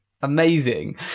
amazing